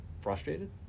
frustrated